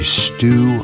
stew